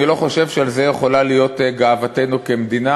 אני לא חושב שעל זה יכולה להיות גאוותנו כמדינה.